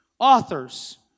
Authors